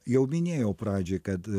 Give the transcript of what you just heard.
jau minėjau pradžioj kad